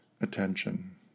attention